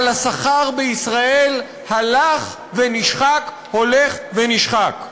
אבל השכר בישראל הלך ונשחק, הולך ונשחק.